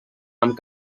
amb